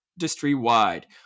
industry-wide